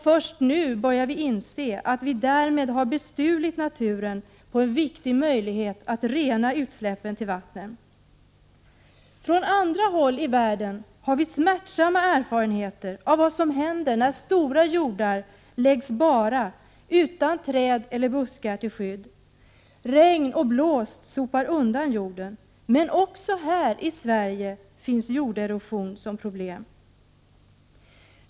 Först nu börjar vi inse att vi därmed har bestulit naturen på en viktig möjlighet att rena utsläppen till vattnen. Från andra håll i världen har vi smärtsamma erfarenheter av vad som händer när stora jordar läggs bara utan träd eller buskar till skydd. Regn och blåst sopar undan jorden. Men jorderosion finns även här i Sverige.